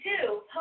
two